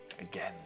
Again